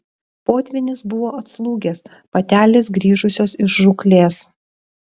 potvynis buvo atslūgęs patelės grįžusios iš žūklės